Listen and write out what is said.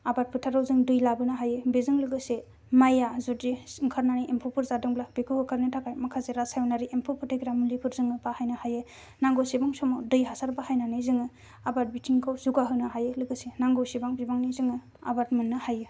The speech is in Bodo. आबाद फोथाराव जों दै लाबोनो हायो बेजों लोगोसे माइआ जुदि ओंखारनानै एम्फौफोर जादोंब्ला बेखौ होखारनो थाखाय माखासे रासायनानि एम्फौ फोथैग्रा मुलिफोर जोङो बाहायनो हायो नांगौसेबां समाव दै हासार बाहायनानै जोङो आबाद बिथिंखौ जौगाहोनो हायो लोगोसे नांगौसिबां बिबांनि जोङो आबाद मोननो हायो